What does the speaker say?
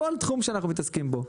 כל תחום שאנחנו מתעסקים בו,